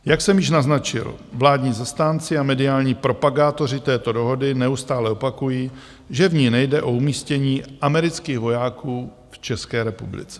Jak jsem již naznačil, vládní zastánci a mediální propagátoři této dohody neustále opakují, že v ní nejde o umístění amerických vojáků v České republice.